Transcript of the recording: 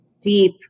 deep